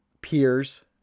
peers